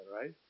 right